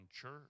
church